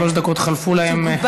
שלוש דקות חלפו להן.